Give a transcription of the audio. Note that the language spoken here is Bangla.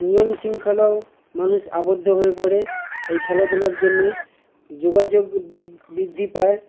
নিয়ম শৃঙ্খলাও মানুষ আবদ্ধ হয়ে পড়ে এই খেলাধুলার জন্যই যোগাযোগ বির বৃদ্ধি পায়